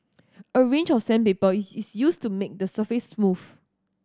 a range of sandpaper is is used to make the surface smooth